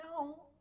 No